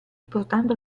portando